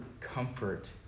comfort